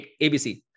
ABC